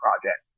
project